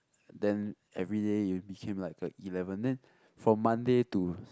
then every day it will became like a eleven and then from Monday to